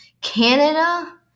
Canada